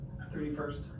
31st